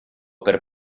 per